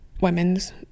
women's